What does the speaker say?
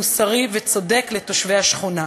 מוסרי וצודק לתושבי השכונה.